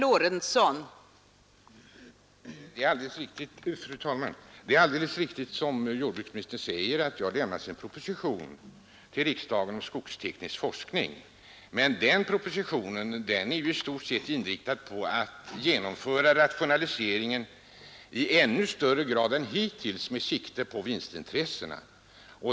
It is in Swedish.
Fru talman! Det är alldeles riktigt som jordbruksministern säger, att det har lämnats en proposition till riksdagen om skogsteknisk forskning. Men den propositionen är ju i stort sett inriktad på att genomföra rationaliseringen i ännu högre grad än hittills med sikte på vinstintressena.